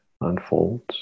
unfolds